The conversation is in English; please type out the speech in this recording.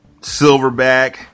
Silverback